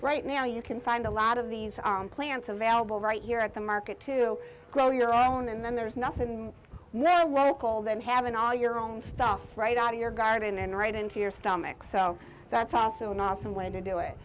right now you can find a lot of these on plants available right here at the market to grow your own and then there's nothing no local than having all your own stuff right out of your garden and right into your stomach so that's also an awesome way to do it